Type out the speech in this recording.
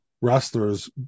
wrestlers